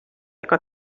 ega